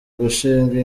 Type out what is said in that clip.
gushinga